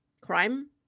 crime